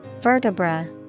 Vertebra